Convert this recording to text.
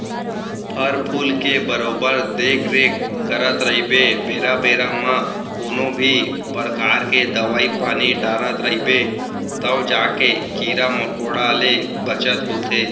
फर फूल के बरोबर देख रेख करत रइबे बेरा बेरा म कोनों भी परकार के दवई पानी डारत रइबे तव जाके कीरा मकोड़ा ले बचत होथे